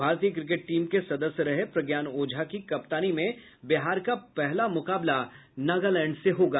भारतीय cricket team के सदस्य प्रज्ञान ओझा की कप्तानी में बिहार का पहला मुकाबला नागालैंड से होगा